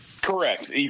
Correct